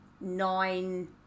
nine